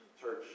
church